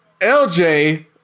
LJ